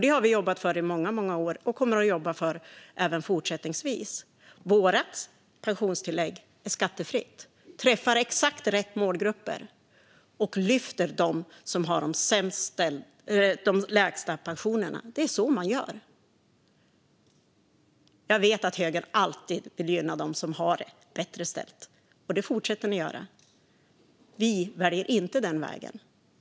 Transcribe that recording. Det har vi jobbat för i många år, och det kommer vi att jobba för även fortsättningsvis. Vårt pensionstillägg är skattefritt, träffar exakt rätt målgrupper och lyfter dem som har de lägsta pensionerna. Det är så man gör. Jag vet att högern alltid vill gynna dem som har det bättre ställt. Det fortsätter ni att göra. Vi väljer inte den vägen.